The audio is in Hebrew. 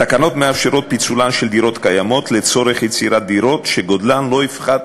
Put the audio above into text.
התקנות מאפשרות פיצול דירות קיימות לצורך יצירת דירות שגודלן לא יפחת